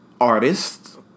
artists